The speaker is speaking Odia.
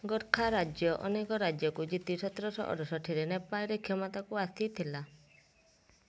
ଗୋର୍ଖା ରାଜ୍ୟ ଅନେକ ରାଜ୍ୟକୁ ଜିତି ସତରଶହ ଅଠଷଠିରେ ନେପାଳରେ କ୍ଷମତାକୁ ଆସିଥିଲା